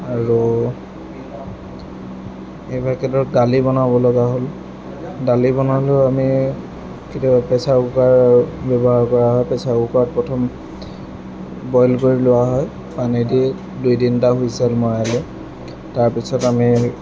আৰু কিবা ক্ষেত্ৰত দালি বনাব লগা হ'ল দালি বনালেও আমি কেতিয়াবা প্ৰেছাৰ কুকাৰ ব্যৱহাৰ কৰা হয় প্ৰেছাৰ কুকাৰত প্ৰথম বইল কৰি লোৱা হয় পানী দি দুই তিনিটা হুইছেল মৰাই লৈ তাৰপিছত আমি